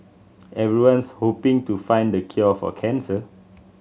everyone's hoping to find the cure for cancer